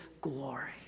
glory